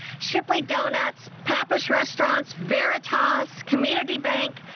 shipley donuts pappas restaurants verot but os community bank.